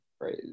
Right